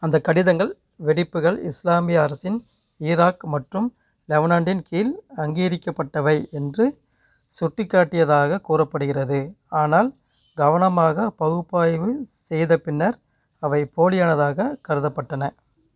அந்த கடிதங்கள் வெடிப்புகள் இஸ்லாமிய அரசின் ஈராக் மற்றும் லெவனான்ட்டின் கீழ் அங்கீகரிக்கப்பட்டவை என்று சுட்டிக்காட்டியதாக கூறப்படுகிறது ஆனால் கவனமாக பகுப்பாய்வு செய்த பின்னர் அவை போலியானதாக கருதப்பட்டன